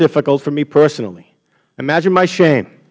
difficult for me personally imagine my shame